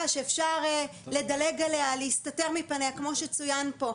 שאפשר לדלג עליה או להסתתר מפניה כמו שצוין פה.